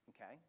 okay